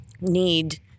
need